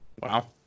Wow